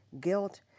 guilt